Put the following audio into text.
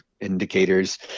indicators